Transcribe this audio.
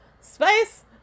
spice